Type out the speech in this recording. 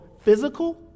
physical